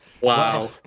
Wow